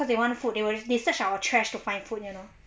cause they want food they will they search our chair to find food you know